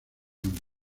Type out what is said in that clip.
ambos